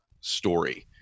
story